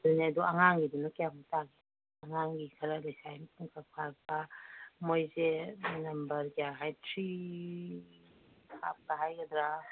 ꯑꯗꯨꯅꯦ ꯑꯗꯨ ꯑꯉꯥꯡꯒꯤꯗꯨꯅ ꯀꯌꯥꯃꯨꯛ ꯇꯥꯒꯦ ꯑꯉꯥꯡꯒꯤ ꯈꯔ ꯂꯩꯁꯥꯕꯤ ꯄꯨꯡꯀꯛ ꯐꯥꯔꯛꯄ ꯃꯣꯏꯁꯦ ꯅꯝꯕꯔ ꯀꯌꯥ ꯍꯥꯏ ꯊ꯭ꯔꯤ ꯍꯥꯞꯀ ꯍꯥꯏꯒꯗ꯭ꯔꯥ